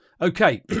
Okay